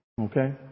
Okay